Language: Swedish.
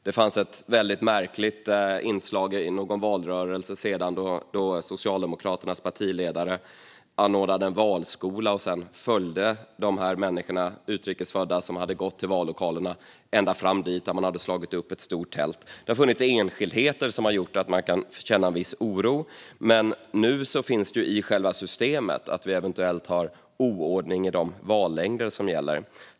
Det fanns ett märkligt inslag i en tidigare valrörelse, då Socialdemokraternas partiledare anordnade en valskola och sedan följde de här människorna, utrikesfödda, som hade gått till vallokalen ända fram dit där man hade slagit upp ett stort tält. Det har funnits enskildheter som gjort att man kan känna viss oro. Men nu finns det i själva systemet, då vi eventuellt har oordning i de vallängder som gäller.